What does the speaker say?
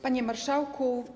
Panie Marszałku!